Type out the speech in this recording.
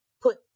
put